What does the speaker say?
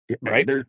right